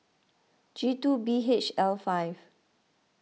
G two B H L five